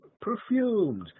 perfumed